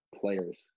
players